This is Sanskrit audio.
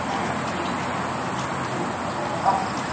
एवं वा